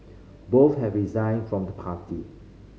both have resigned from the party